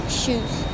shoes